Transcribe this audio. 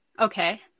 Okay